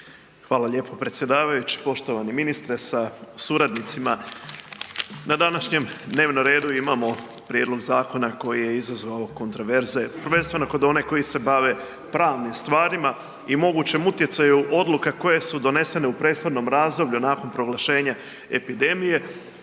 Hvala lijepo predsjedavajući. Poštovani ministre sa suradnicima na današnjem dnevnom redu imamo prijedlog zakona koji je izazvao kontraverze, prvenstveno kod onih koji se bave pravnim stvarima i mogućem utjecaju odluka koje su donesene u prethodnom razdoblju, a nakon proglašenja epidemije